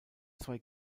zwei